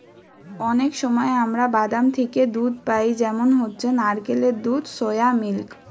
অনেক সময় আমরা বাদাম থিকে দুধ পাই যেমন হচ্ছে নারকেলের দুধ, সোয়া মিল্ক